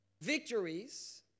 victories